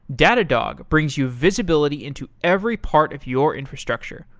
datadog brings you visibility into every part of your infrastructure,